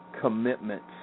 commitments